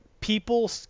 people